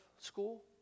school